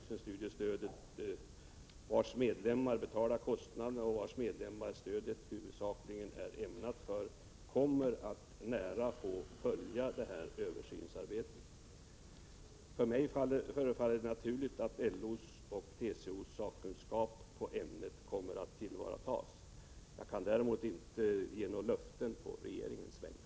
1987/88:104 vuxenstudiestödet, vilkas medlemmar betalar kostnaden och för vilka stödet — 20 april 1988 huvudsakligen är ämnat, kommer att nära få följa detta översynsarbete. För mig förefaller det naturligt att LO:s och TCO:s sakkunskap i ämnet kommer att tillvaratas. Jag kan däremot inte ge något löfte på regeringens vägnar.